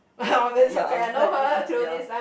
ya back ya